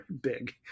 big